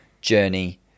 journey